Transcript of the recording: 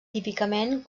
típicament